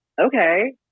okay